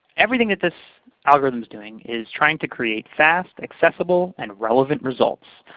everything that this algorithm is doing is trying to create fast, accessible, and relevant results.